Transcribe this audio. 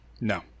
No